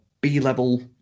b-level